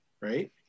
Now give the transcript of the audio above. right